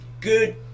Good